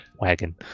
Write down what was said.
wagon